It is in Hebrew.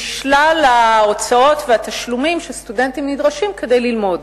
בשלל ההוצאות והתשלומים שסטודנטים נדרשים להם כדי ללמוד.